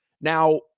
Now